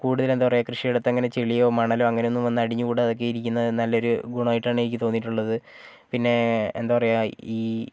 കൂടുതൽ എന്താണ് പറയുക കൃഷിയിടത്ത് ഇങ്ങനെ ചെളിയോ മണലോ അങ്ങനെ ഒന്നും വന്ന് അടിഞ്ഞുകൂടാതിരിക്കുന്നതും നല്ലൊരു ഗുണം ആയിട്ടാണ് എനിക്ക് തോന്നിയിട്ടുള്ളത് പിന്നെ എന്താണ് പറയുക ഈ